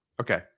Okay